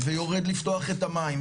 ויורד לפתוח את המים,